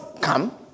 come